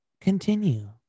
continue